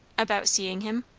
about seeing him?